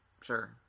Sure